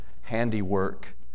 handiwork